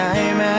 Time